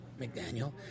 McDaniel